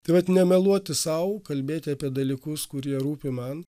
tai vat nemeluoti sau kalbėti apie dalykus kurie rūpi man